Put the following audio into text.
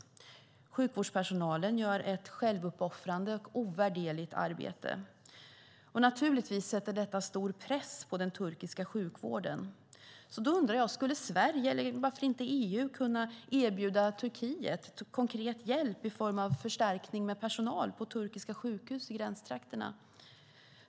Sjukvårdspersonalen gör ett självuppoffrande och ovärderligt arbete. Naturligtvis sätter detta stor press på den turkiska sjukvården. Skulle Sverige, eller varför inte EU, kunna erbjuda Turkiet konkret hjälp i form av förstärkning med personal på turkiska sjukhus i gränstrakterna?